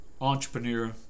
entrepreneur